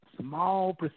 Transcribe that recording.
small